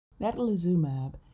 Natalizumab